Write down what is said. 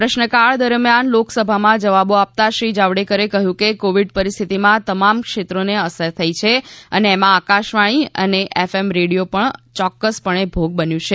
પ્રશ્નકાળ દરમિયાન લોકસભામાં જવાબો આપતાં શ્રી જાવડેકરે કહ્યું કે કોવીડ પરિસ્થિતિમાં તમામ ક્ષેત્રોને અસર થઈ છે અને એમાં આકાશવાણી અને એફએમ રેડિયો પણ ચોક્કસપણે ભોગ બન્યું છે